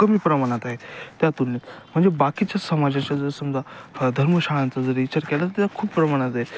कमी प्रमाणात आहे त्यातुलनेत म्हणजे बाकीच्या समाजाच्या जर समजा धर्मशाळांचा जर विचार केला तर त्याला खूप प्रमाणात आहे